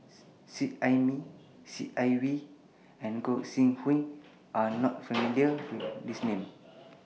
Seet Ai Mee Seet Ai Mee and Gog Sing Hooi Are YOU not familiar with These Names